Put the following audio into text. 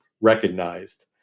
recognized